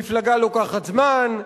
מפלגה לוקחת זמן,